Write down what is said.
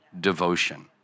devotion